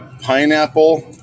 pineapple